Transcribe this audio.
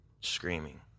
screaming